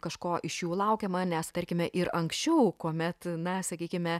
kažko iš jų laukiama nes tarkime ir anksčiau kuomet na sakykime